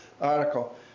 article